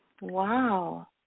Wow